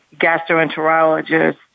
gastroenterologist